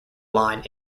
line